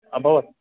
अभवत्